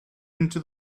into